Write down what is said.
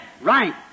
Right